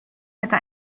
hätte